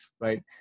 right